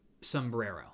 sombrero